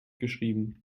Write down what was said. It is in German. geschrieben